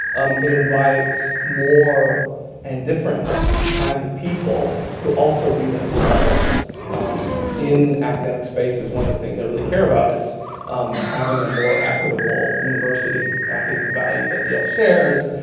um it invites more and different kinds of people to also be themselves in academic spaces. one of the things i really care about is having a more equitable university, and i think it's a value that yale shares.